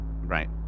right